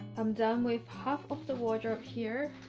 i'm done with half of the wardrobe here